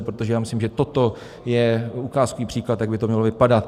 Protože já myslím, že toto je ukázkový příklad, jak by to mělo vypadat.